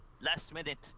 Last-minute